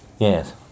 Yes